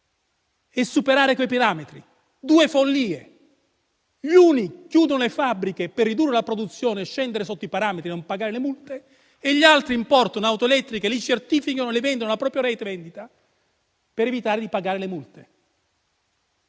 e superare quei parametri. Due follie! Gli uni chiudono le fabbriche per ridurre la produzione, scendere sotto i parametri e non pagare le multe, gli altri importano auto elettriche, le certificano e le vendono alla propria rete di vendita per evitare di pagare le multe.